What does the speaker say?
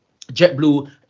JetBlue